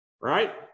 right